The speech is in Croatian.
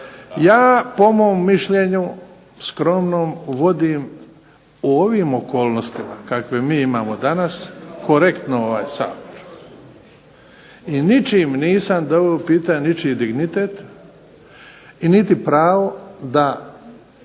Ja po mom mišljenju skromnom vodim u ovim okolnostima kakve mi imamo danas korektno ovaj Sabor i ničim nisam doveo u pitanje ničiji dignitet niti pravo da